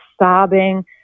sobbing